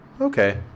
Okay